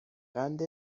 قند